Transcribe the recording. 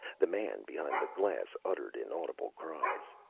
the man behind the glass uttered inaudible cries.